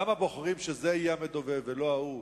למה בוחרים שזה יהיה המדובב ולא ההוא.